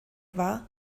war